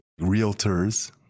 realtors